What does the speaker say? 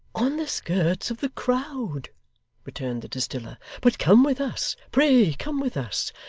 on the skirts of the crowd returned the distiller but come with us. pray come with us.